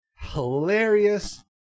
Hilarious